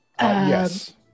yes